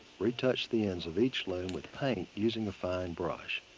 retouch the ends of each loom with paint using a fine brush.